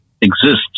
exists